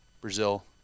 Brazil